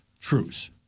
truce